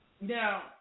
now